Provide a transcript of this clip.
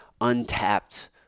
untapped